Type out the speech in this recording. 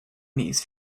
these